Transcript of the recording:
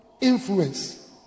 influence